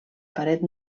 paret